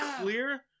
clear